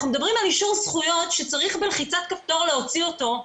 אנחנו מדברים על אישור זכויות שצריך במסירת כפתור להוציא אותו,